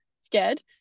scared